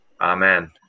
Amen